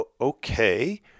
okay